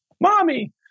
mommy